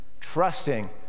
trusting